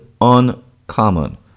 uncommon